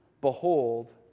Behold